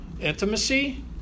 intimacy